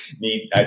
need